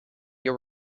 your